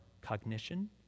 cognition